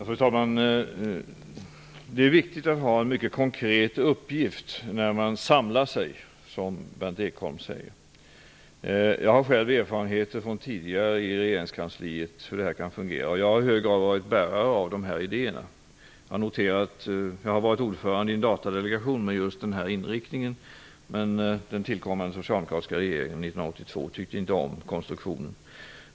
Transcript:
Fru talman! Det är viktigt att ha en mycket konkret uppgift när man samlar sig, som Berndt Ekholm säger. Jag har själv tidigare erfarenheter från regeringskansliet av hur det här kan fungera. Jag har i hög grad varit bärare av de här idéerna. Jag har varit ordförande i en datadelegation med just den här inriktningen. Men den 1982 tillkommande socialdemokratiska regeringen tyckte inte om konstruktionen.